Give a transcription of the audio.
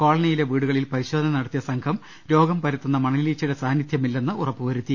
കോളനിയിലെ വീടുകളിൽ പരിശോധന നടത്തിയ സംഘം രോഗം പ രത്തുന്ന മണലീച്ചയുടെ സാന്നിദ്ധ്യമില്ലെന്ന് ഉറപ്പുവരുത്തി